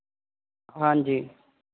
ਹਾਂਜੀ